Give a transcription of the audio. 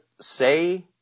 say